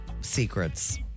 Secrets